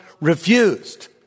refused